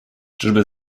czyżby